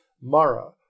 Mara